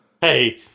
Hey